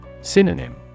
Synonym